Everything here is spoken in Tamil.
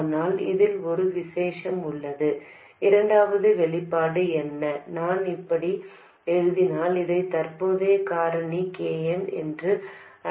ஆனால் இதில் ஒரு விசேஷம் உள்ளது இரண்டாவது வெளிப்பாடு என்ன நான் இப்படி எழுதினால் இதை தற்போதைய காரணி kn என்று அழைக்கலாம்